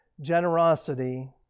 generosity